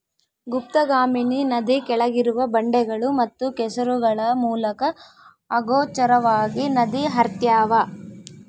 ಗುಪ್ತಗಾಮಿನಿ ನದಿ ಕೆಳಗಿರುವ ಬಂಡೆಗಳು ಮತ್ತು ಕೆಸರುಗಳ ಮೂಲಕ ಅಗೋಚರವಾಗಿ ನದಿ ಹರ್ತ್ಯಾವ